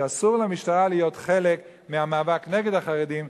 שאסור למשטרה להיות חלק מהמאבק נגד החרדים.